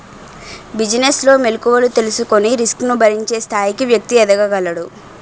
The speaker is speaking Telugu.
బిజినెస్ లో మెలుకువలు తెలుసుకొని రిస్క్ ను భరించే స్థాయికి వ్యక్తి ఎదగగలడు